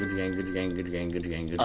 ah gang, gucci gang, gucci gang, gucci gang,